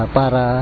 para